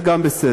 זה גם בסדר.